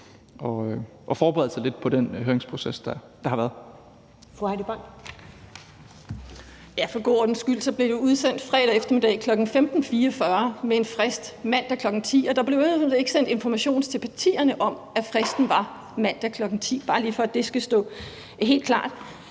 at forberede sig lidt på den høringsproces, der har været.